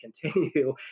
continue